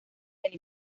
del